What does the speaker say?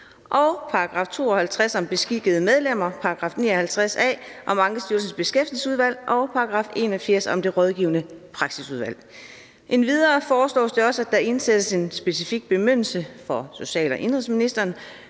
§ 52 om beskikkede medlemmer og § 59 a om Ankestyrelsens Beskæftigelsesudvalg og § 81 om Det Rådgivende Praksisudvalg. Endvidere foreslås det også, at der indsættes en specifik bemyndigelse for social- og indenrigsministeren